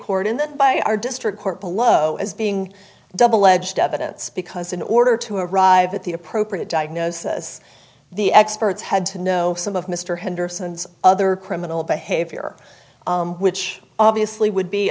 court and by our district court below as being double edged evidence because in order to arrive at the appropriate diagnosis the experts had to know some of mr henderson's other criminal behavior which obviously would be